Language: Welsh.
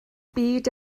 byd